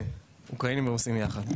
כן, אוקראינים ורוסים יחד.